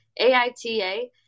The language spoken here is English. AITA